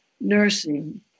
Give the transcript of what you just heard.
nursing